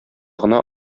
гына